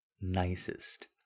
Nicest